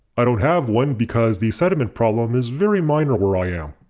i don't have one because the sediment problem is very minor where i am.